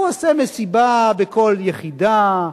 עושה מסיבה בכל יחידה,